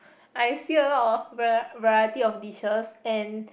I see a lot of var~ variety of dishes and